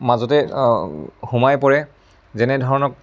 মাজতে সোমাই পৰে যেনে ধৰক